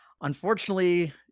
Unfortunately